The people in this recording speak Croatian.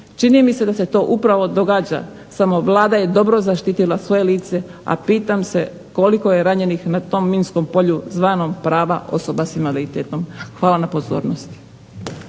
Čini mi se da se to upravo događa, samo Vlada je dobro zaštitila svoje lice, a pitam se koliko je ranjenih na tom minskom polju zvanom prava osoba s invaliditetom. Hvala na pozornosti.